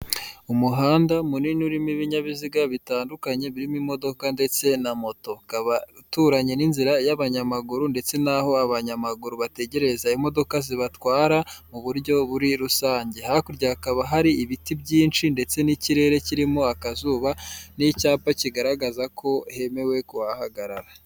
Umuhanda munini urimo ibinyabiziga bitandukanye birimo imodoka ndetse na moto. Ukaba uturanye n'inzira y'abanyamaguru ndetse n'aho abanyamaguru bategereza imodoka zibatwara mu buryo buri rusange hakurya hakaba hari ibiti byinshi ndetse n'ikirere kirimo akazuba n'icyapa kigaragaza ko hemewe kuhahagarara.